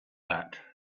that